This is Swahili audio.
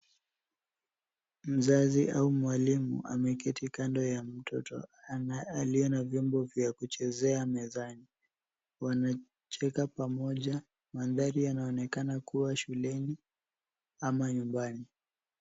Mzazi au mwalimu ameketi kando ya mtoto aliye na vyombo vya kuchezea mezani. Wanacheka pamoja . Mandhari yanaonekana kuwa shuleni ama nyumbani.